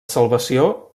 salvació